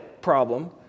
problem